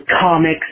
comics